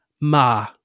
Ma